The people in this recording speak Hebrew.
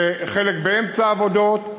חלק באמצע עבודות.